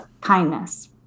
kindness